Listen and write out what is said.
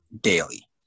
daily